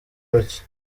bake